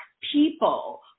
people